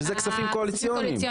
שזה כספים קואליציוניים.,